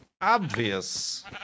obvious